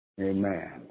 Amen